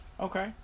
Okay